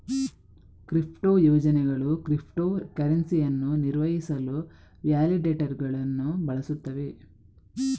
crypto ಯೋಜನೆಗಳು crypto ಕರೆನ್ಸಿಯನ್ನು ನಿರ್ವಹಿಸಲು ವ್ಯಾಲಿಡೇಟರುಗಳನ್ನು ಬಳಸುತ್ತವೆ